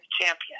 champion